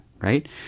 right